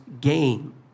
gain